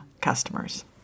customers